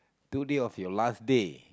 today of your last day